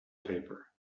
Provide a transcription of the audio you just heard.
paper